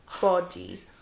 body